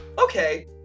Okay